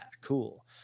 cool